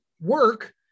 work